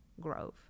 grove